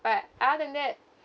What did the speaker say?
but other than that